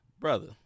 Brother